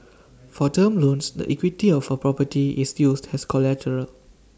for term loans the equity of A property is used as collateral